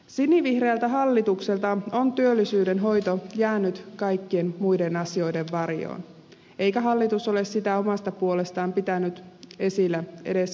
sinivihreältä hallitukselta on työllisyyden hoito jäänyt kaikkien muiden asioiden varjoon eikä hallitus ole sitä omasta puolestaan pitänyt esillä edes keskusteluasteella